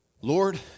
Lord